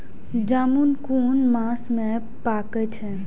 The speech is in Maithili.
जामून कुन मास में पाके छै?